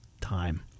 time